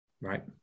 Right